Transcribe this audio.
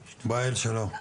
שלום.